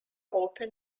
open